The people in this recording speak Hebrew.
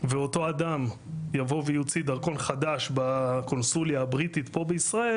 ואותו אדם יבוא ויוציא דרכון חדש בקונסוליה הבריטית פה בישראל,